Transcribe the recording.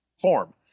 form